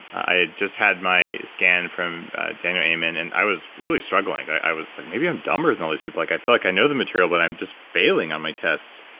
i had just had my scan from daniel amen, and i was really struggling. i was like, maybe i'm dumber than all these people. like i feel like i know the material, but i'm just failing on my tests.